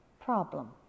problem